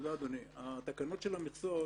התקנות של המכסות